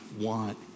want